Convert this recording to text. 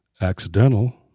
accidental